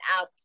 out